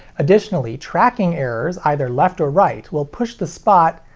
additionally, tracking errors either left or right will push the spot.